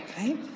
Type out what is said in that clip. right